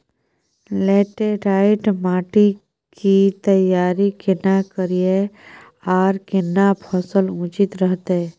Laterite माटी की तैयारी केना करिए आर केना फसल उचित रहते?